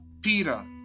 Peter